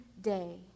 day